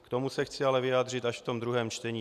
K tomu se chci ale vyjádřit až ve druhém čtení.